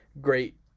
great